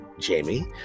Jamie